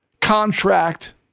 contract